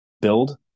build